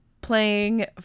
playing